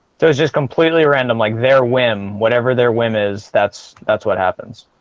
there's just completely random like their whim whatever their whim is that's that's what happens.